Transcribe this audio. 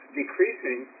decreasing